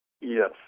Yes